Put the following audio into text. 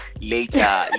later